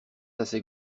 assez